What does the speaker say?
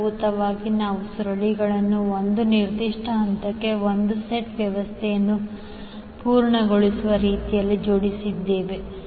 ಮೂಲಭೂತವಾಗಿ ನಾವು ಸುರುಳಿಗಳನ್ನು 1 ನಿರ್ದಿಷ್ಟ ಹಂತಕ್ಕೆ 1 ಸೆಟ್ ವ್ಯವಸ್ಥೆಯನ್ನು ಪೂರ್ಣಗೊಳಿಸುವ ರೀತಿಯಲ್ಲಿ ಜೋಡಿಸಿದ್ದೇವೆ